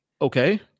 okay